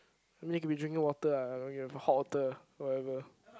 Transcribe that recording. I mean could be drinking water ah hot water whatever